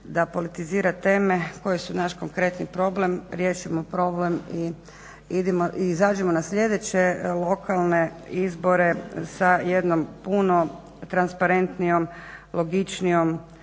da politizira teme koje su naš konkretni problem. Riješimo problem i izađimo na sljedeće lokalne izbore sa jednom puno transparentnijom, logičnijom,